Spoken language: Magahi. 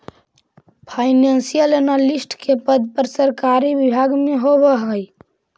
फाइनेंशियल एनालिस्ट के पद सरकारी विभाग में होवऽ हइ